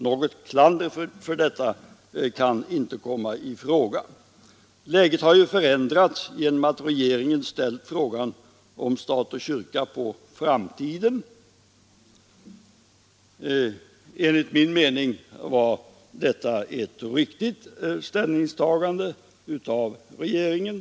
Något klander Nr 110 Tisdagen den Läget har ju förändrats genom att regeringen nu skjutit frågan om stat 5 juni 1973 och kyrka på framtiden. Enligt min mening var detta ett riktigt - ställningstagande av regeringen.